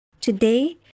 today